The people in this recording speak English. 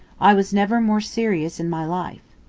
i was never more serious in my life.